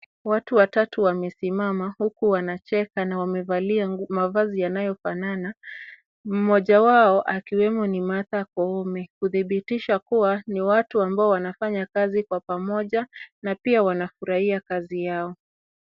Watu watatu wamesimama huku wanacheka na wamevalia mavazi yanayofanana mmoja wao ,akiwemo ni Martha Koome kudhibitisha kuwa ni watu ambao wanafanya kazi kwa pamoja na pia wanafurahia kazi yao.